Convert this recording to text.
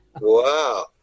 Wow